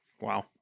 Wow